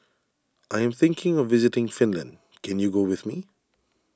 I am thinking of visiting Finland can you go with me